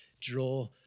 draw